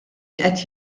qed